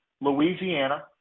Louisiana